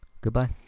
goodbye